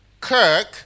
Kirk